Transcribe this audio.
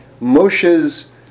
Moshe's